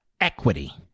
equity